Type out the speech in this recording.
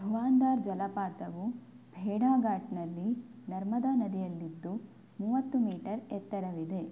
ಧುವಾಂದಾರ್ ಜಲಪಾತವು ಭೇಡಾಘಾಟ್ನಲ್ಲಿ ನರ್ಮದಾ ನದಿಯಲ್ಲಿದ್ದು ಮೂವತ್ತು ಮೀಟರ್ ಎತ್ತರವಿದೆ